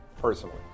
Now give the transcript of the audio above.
Personally